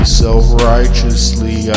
self-righteously